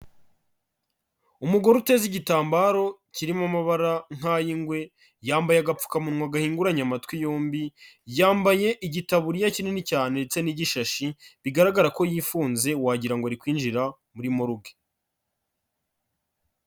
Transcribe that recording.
Umugore uteze igitambaro kirimo amabara nk'ay'ingwe, yambaye agapfukamunwa gahinguranya amatwi yombi, yambaye igitaburiya kinini cyane ndetse n'igishashi bigaragara ko yifunze wagira ngo ari kwinjira muri morgue.